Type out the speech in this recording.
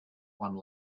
one